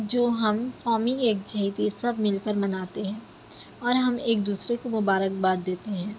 جو ہم قومی یکجہتی سب مل کر مناتے ہیں اور ہم ایک دوسرے کو مبارک باد دیتے ہیں